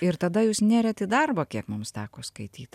ir tada jūs nėrėt į darbą kiek mums teko skaityt